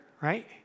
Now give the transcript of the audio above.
right